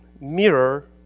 mirror